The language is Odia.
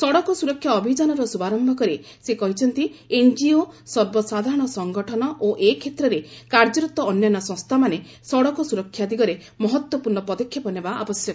ସଡ଼କ ସୁରକ୍ଷା ଅଭିଯାନର ଶୁଭାରମ୍ଭ କରି ସେ କହିଛନ୍ତି ଏନ୍ଜିଓ ସର୍ବସାଧାରଣ ସଂଗଠନ ଓ ଏ କ୍ଷେତ୍ରରେ କାର୍ଯ୍ୟରତ ଅନ୍ୟାନ୍ୟ ସଂସ୍ଥାମାନେ ସଡ଼କ ସୁରକ୍ଷା ଦିଗରେ ମହତ୍ୱପୂର୍ଣ୍ଣ ପଦକ୍ଷେପ ନେବା ଆବଶ୍ୟକ